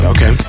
Okay